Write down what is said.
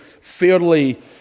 fairly